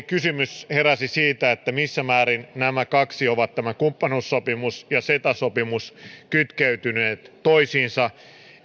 kysymys heräsi siitä missä määrin nämä kaksi ovat tämä kumppanuussopimus ja ceta sopimus kytkeytyneet toisiinsa